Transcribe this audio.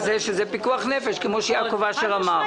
זה פיקוח נפש כמו שאמר יעקב אשר.